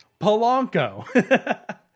Polanco